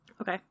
okay